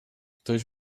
któż